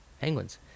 penguins